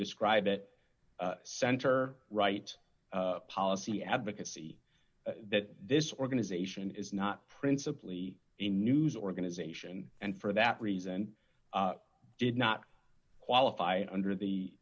describe it center right policy advocacy that this organization is not principally a news organization and for that reason did not qualify under the